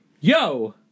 Yo